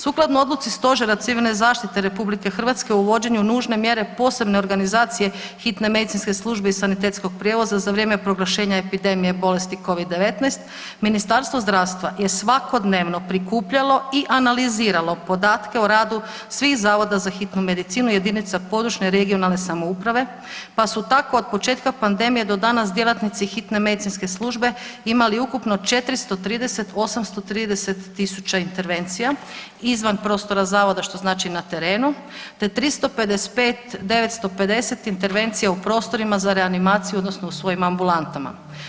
Sukladno odluci Stožera Civilne zaštite RH o uvođenju nužne mjere posebne organizacije hitne medicinske službe i sanitetskog prijevoza za vrijeme proglašenja epidemije i bolesti covid 19 Ministarstvo zdravstva je svakodnevno prikupljalo i analiziralo podatke o radu svih zavoda za hitnu medicinu jedinica područne i regionalne samouprave, pa su tako od početka pandemije do danas djelatnici hitne medicinske službe imali ukupno 430 830 000 intervencija izvan prostora zavoda što znači na terenu, te 355 950 intervencija u prostorima za reanimaciju odnosno u svojim ambulantama.